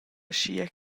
aschia